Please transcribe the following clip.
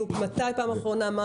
מתי פעם אחרונה התקנות תוקנו.